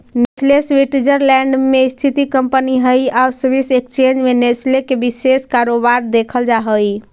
Nestle Switzerland में स्थित company हइ आउ स्विस एक्सचेंज में नेस्ले के विशेष कारोबार देखल जा हइ